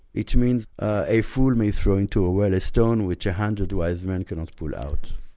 it means a a fool may throw into a well a stone which a hundred wise men cannot pull out.